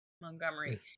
Montgomery